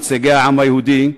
נציגי העם היהודי,